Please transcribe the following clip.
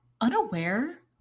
unaware